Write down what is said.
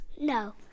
No